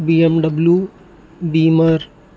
BMW beamer